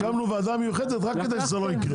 הקמנו ועדה מיוחדת כדי שזה לא יקרה.